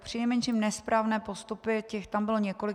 Přinejmenším nesprávné postupy těch tam bylo několik.